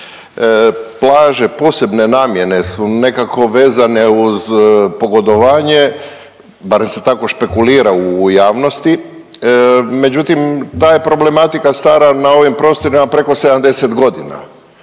plaže posebne namjene su nekako vezane uz pogodovanje barem se tako špekulira u javnosti. Međutim, ta je problematika stara na ovim prostorima preko 70 godina.